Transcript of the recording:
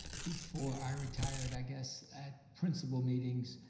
before i retired i guess at principal meetings,